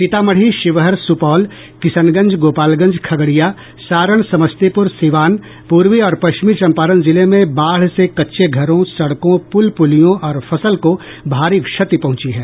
सीतामढ़ी शिवहर सुपौल किशनगंज गोपालगंज खगड़िया सारण समस्तीपुर सिवान पूर्वी और पश्चिमी चंपारण जिले में बाढ़ से कच्चे घरों सड़कों पुल पुलियों और फसल को भारी क्षति पहुंची है